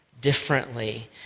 differently